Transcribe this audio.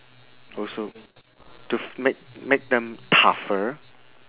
also to make make them tougher